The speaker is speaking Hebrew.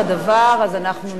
אז אנחנו נאשר.